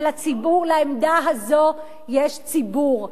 אבל לעמדה הזאת יש ציבור.